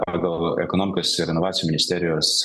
pagal ekonomikos ir inovacijų ministerijos